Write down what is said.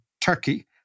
Turkey